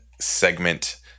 segment